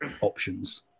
options